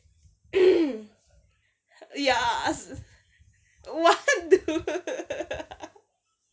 ya what dude